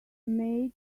made